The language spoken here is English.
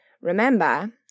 Remember